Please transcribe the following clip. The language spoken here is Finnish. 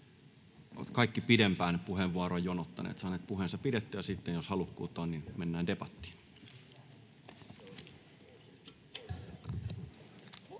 ovat kaikki pidempään puheenvuoroa jonottaneet saaneet puheensa pidettyä. Sitten, jos halukkuutta on, niin mennään debattiin.